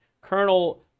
Colonel